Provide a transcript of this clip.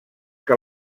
que